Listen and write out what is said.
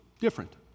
different